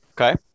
Okay